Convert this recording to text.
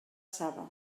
saba